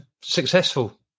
successful